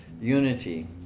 unity